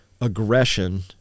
aggression